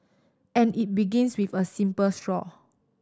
and it begins with a simple straw